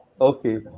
okay